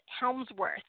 helmsworth